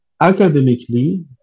academically